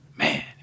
Man